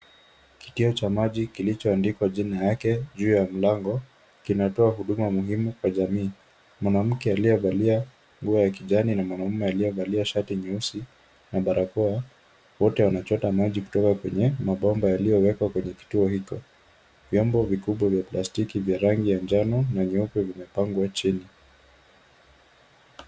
Kituo cha maji kilichoandikwa jina lake juu ya mlango kinatoa huduma muhimu kwa jamii. Mwanamke aliyevalia nguo ya kijani na mwanamume aliyevalia shati nyeusi na barakoa. Wote wanachota maji kutoka kwenye mabomba yaliyowekwa kwenye kituo hicho. Vyombo vikubwa vya plastiki vya rangi ya njano na nyeupe vimepangwa chini.